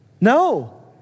No